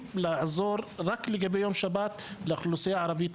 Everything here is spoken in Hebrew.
לעזור רק ביום שבת לאוכלוסייה הערבית.